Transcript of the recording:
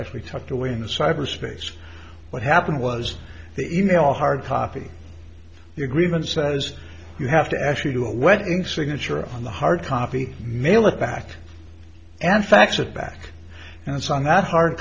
actually tucked away in the cyber space what happened was the email hard copy the agreement says you have to actually do a wedding signature on the hard copy mail it back and fax it back and it's on that hard